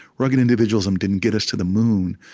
rugged individualism didn't get us to the moon,